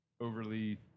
overly